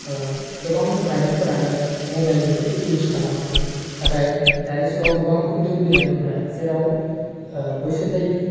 गोबां लाइमोनफोरानो मबाइल बेफोरखौ इउस खालामामोन नाथाइ दानि जुगाव गोबां उन्दै उन्दै लाइमोनफोरा जेराव बैसो जायि